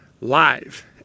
Live